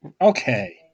Okay